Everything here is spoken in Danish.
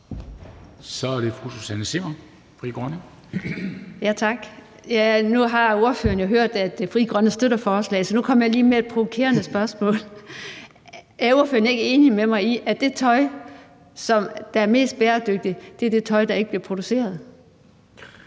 Kl. 16:13 Susanne Zimmer (FG): Tak. Nu har ordføreren jo hørt, at Frie Grønne støtter forslaget, så nu kommer jeg lige med et provokerende spørgsmål. Er ordføreren ikke enig med mig i, at det tøj, som er mest bæredygtigt, er det tøj, der ikke bliver produceret?